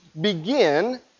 begin